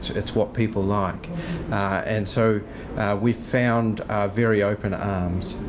it's what people like and so we found very open arms.